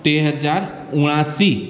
टे हज़ार उणासी